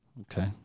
Okay